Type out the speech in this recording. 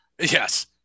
Yes